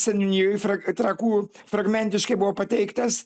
seniūnijoj trakų fragmentiškai buvo pateiktas